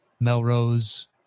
Melrose